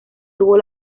tuvo